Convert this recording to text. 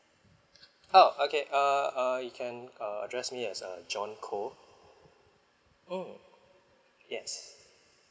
orh okay uh uh you can uh address me as uh john koh mm yes